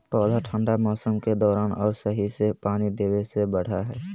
पौधा ठंढा मौसम के दौरान और सही से पानी देबे से बढ़य हइ